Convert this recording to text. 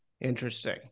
Interesting